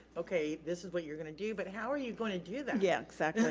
okay, this is what you're gonna do, but how are you gonna do that? yeah yeah